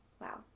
wow